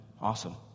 Awesome